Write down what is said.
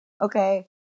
okay